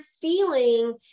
feeling